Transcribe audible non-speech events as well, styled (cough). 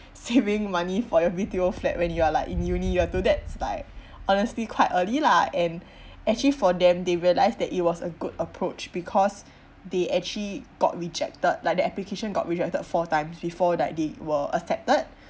saving (noise) money for your BTO flat when you are like in uni year two that's like honestly quite early lah and (breath) actually for them they realised that it was a good approach because (breath) they actually got rejected like the application got rejected four times before like they were accepted (breath)